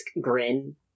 grin